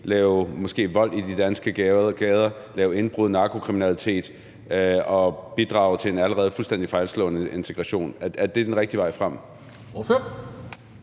lave vold i de danske gader, lave indbrud, narkokriminalitet og bidrage til en allerede fuldstændig fejlslået integration. Er det den rigtige vej frem?